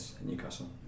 Newcastle